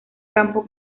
campo